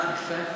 יפה.